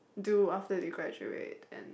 do after they graduate then